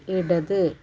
ഇടത്